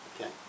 okay